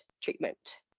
treatment